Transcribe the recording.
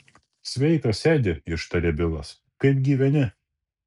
sveikas edi ištarė bilas kaip gyveni